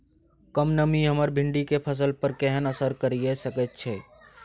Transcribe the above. कम नमी हमर भिंडी के फसल पर केहन असर करिये सकेत छै?